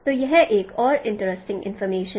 तो यह एक और इंटरेस्टिंग इंफॉर्मेशन है